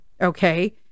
okay